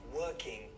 working